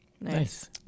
Nice